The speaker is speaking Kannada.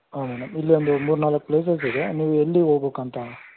ಹಾಂ ಮೇಡಮ್ ಇಲ್ಲಿ ಒಂದು ಮೂರು ನಾಲ್ಕು ಪ್ಲೇಸಸ್ ಇದೆ ನೀವು ಎಲ್ಲಿ ಹೋಗ್ಬೇಕಂತ